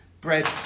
bread